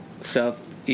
south